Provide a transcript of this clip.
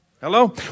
Hello